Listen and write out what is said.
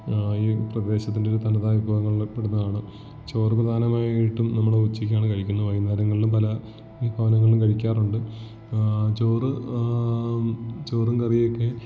ഈ പ്രദേശത്തിൻ്റെ ഒരു തനതായ വിഭവങ്ങളിൽ പെടുന്നതാണ് ചോറ് പ്രധാനമായിട്ടും നമ്മൾ ഉച്ചയ്ക്കാണ് കഴിക്കുന്നത് വൈകുന്നേരങ്ങളിലും പല വിഭവങ്ങളും കഴിക്കാറുണ്ട് ചോറ് ചോറും കറിയും ഒക്കെ